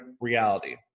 reality